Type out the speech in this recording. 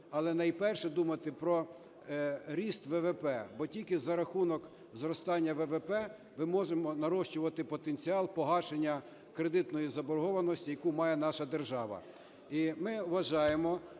але найперше думати про ріст ВВП, бо тільки за рахунок зростання ВВП ми можемо нарощувати потенціал погашення кредитної заборгованості, яку має наша держава.